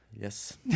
Yes